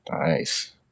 Nice